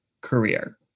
career